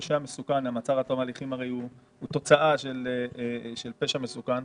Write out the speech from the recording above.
הרי מעצר עד תום ההליכים הוא תוצאה של פשע מסוכן,